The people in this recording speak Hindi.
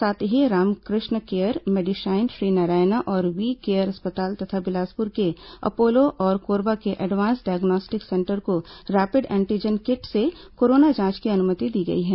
साथ ही रामकृष्ण केयर मेडीशाइन श्री नारायणा और वी केयर अस्पताल तथा बिलासपुर के अपोलो और कोरबा के एडवांस डायग्नोस्टिक सेंटर को रैपिड एंटीजन किट से कोरोना जांच की अनुमति दी गई है